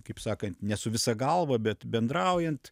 kaip sakant ne su visa galva bet bendraujant